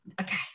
okay